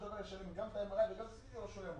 דבר הוא ישלם גם את ה-MRI וגם את ה-CT או שהוא ימות.